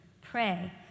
Pray